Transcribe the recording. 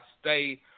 stay